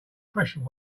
pressure